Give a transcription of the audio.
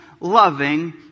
loving